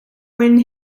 win